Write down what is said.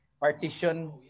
Partition